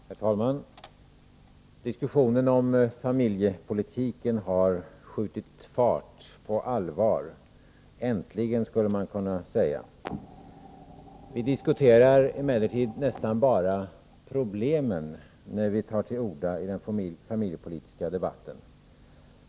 Herr talman! Diskussionen om familjepolitiken har skjutit fart på allvar — äntligen, skulle man kunna säga. Vi diskuterar emellertid nästan bara problemen när vi tar till orda i den familjepolitiska debatten.